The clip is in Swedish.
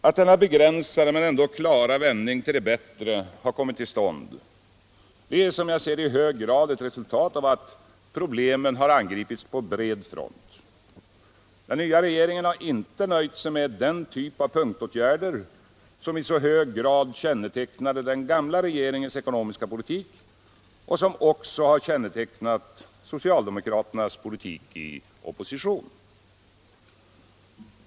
Att denna begränsade men dock klara vändning till det bättre har kommit till stånd är, som jag ser det, i hög grad ett resultat av att problemen har angripits på bred front. Den nya regeringen har inte nöjt sig med den typ av punktåtgärder som i så hög grad kännetecknade den gamla regeringens ekonomiska politik och som även har kännetecknat socialdemokraternas politik i opposition.